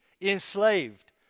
enslaved